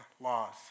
laws